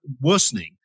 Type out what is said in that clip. worsening